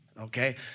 Okay